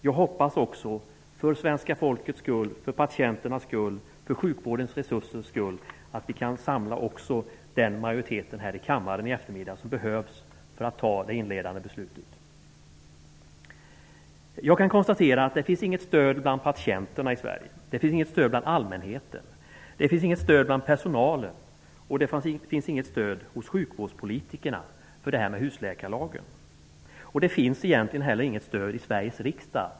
Jag hoppas att vi för svenska folkets skull, för patienternas skull och för sjukvårdens resursers skull kan samla den majoritet i kammaren i eftermiddag som behövs för att fatta det inledande beslutet. Jag konstaterar att det finns inget stöd bland patienterna, det finns inget stöd bland allmänheten, det finns inget stöd bland personalen och det finns inget stöd hos sjukvårdspolitikerna för husläkarlagen. Det finns egentligen heller inget stöd i Sveriges riksdag.